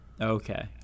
Okay